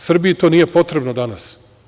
Srbiji to nije potrebno danas.